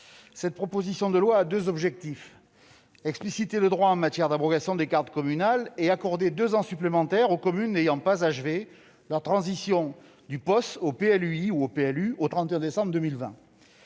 cette proposition de loi a deux objectifs : expliciter le droit en matière d'abrogation des cartes communales et accorder deux ans supplémentaires aux communes n'ayant pas achevé leur transition du POS au PLU ou au PLUi au 31 décembre 2020.